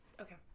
Okay